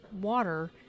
water